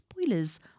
spoilers